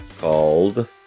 called